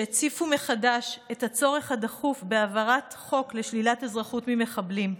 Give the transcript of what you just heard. שהציפו מחדש את הצורך הדחוף בהעברת חוק לשלילת אזרחות ממחבלים.